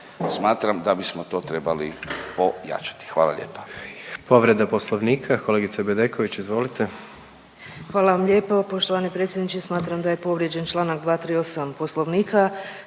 Smatram da bismo to trebali ojačati. Hvala lijepa.